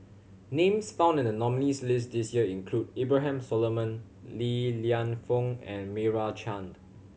names found in the nominees' list this year include Abraham Solomon Li Lienfung and Meira Chand